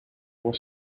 was